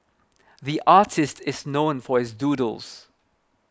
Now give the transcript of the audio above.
the artist is known for his doodles